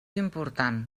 important